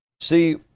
See